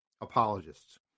apologists